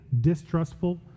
distrustful